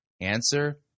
Answer